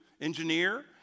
engineer